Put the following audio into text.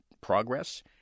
progress